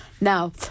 Now